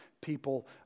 people